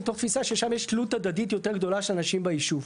מתוך תפיסה ששם יש תלות הדדית יותר גדולה של אנשים בישוב.